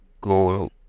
go